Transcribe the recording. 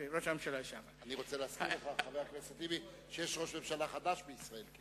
אני רוצה להזכיר לחבר הכנסת טיבי שיש ראש ממשלה חדש בישראל.